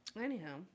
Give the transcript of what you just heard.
Anyhow